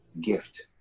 gift